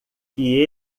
que